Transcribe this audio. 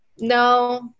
No